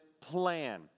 plan